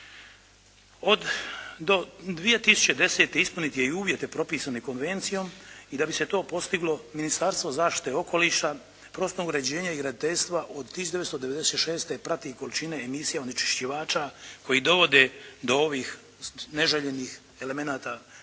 Do 2010. ispuniti je i uvjete propisane Konvencijom i da bi se to postiglo Ministarstvo zaštite okoliša, prostornog uređenja i graditeljstva od 1996. prati količine emisije onečišćivača koji dovode do ovih neželjenih elemenata